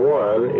one